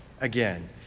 again